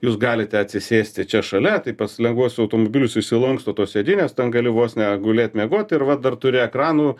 jūs galite atsisėsti čia šalia tai pas lengvuosius automobilius išsilanksto tos sėdynės ten gali vos ne gulėt miegoti ir va dar turi ekranų